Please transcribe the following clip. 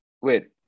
wait